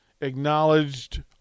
acknowledged